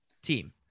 Team